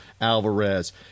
Alvarez